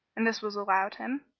and this was allowed him.